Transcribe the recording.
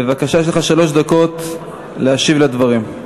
בבקשה, יש לך שלוש דקות להשיב על הדברים.